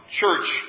church